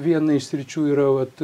viena iš sričių yra vat